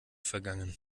vergangen